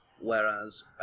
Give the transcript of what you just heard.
whereas